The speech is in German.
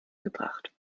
gebracht